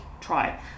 try